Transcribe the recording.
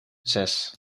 zes